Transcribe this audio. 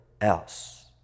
else